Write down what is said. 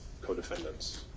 co-defendants